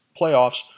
Playoffs